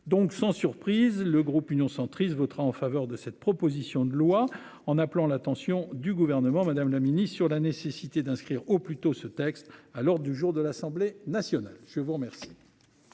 donc sans surprise le groupe Union centriste votera en faveur de cette proposition de loi en appelant l'attention du gouvernement. Madame la Ministre sur la nécessité d'inscrire au plus tôt ce texte à l'ordre du jour de l'Assemblée nationale, je vous remercie.